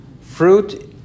fruit